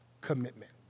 commitment